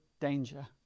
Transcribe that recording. danger